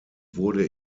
wurde